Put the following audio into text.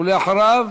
ואחריו,